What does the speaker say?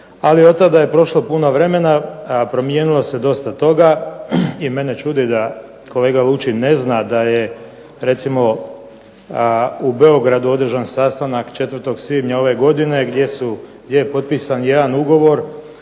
Ali od tada je prošlo puno vremena, promijenilo se dosta toga. I mene čudi da kolega Lučin ne zna da je recimo u Beogradu održan sastanak 4. svibnja ove godine gdje je potpisan jedan ugovor